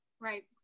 Right